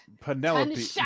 penelope